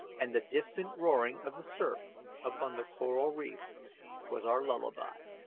and the distant roaring of the surf upon the coral reef was our lullaby.